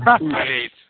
great